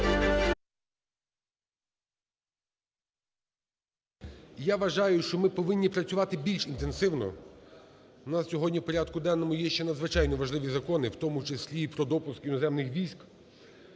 я вважаю, що ми повинні працювати більш інтенсивно, у нас сьогодні в порядку денному є ще надзвичайно важливі закони, в тому числі і про допуск іноземних військ.